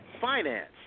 finance